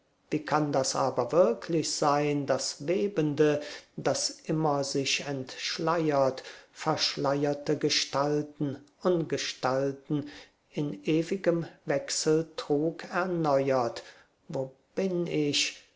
wie kann das aber wirklich sein das webende das immer sich entschleiert verschleierte gestalten ungestalten in ewigem wechseltrug erneuert wo bin ich